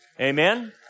Amen